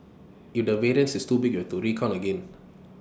if the variance is too big to recount again